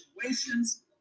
situations